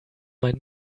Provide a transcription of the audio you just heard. mein